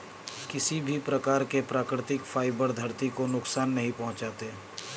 किसी भी प्रकार के प्राकृतिक फ़ाइबर धरती को नुकसान नहीं पहुंचाते